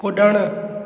कुड॒णु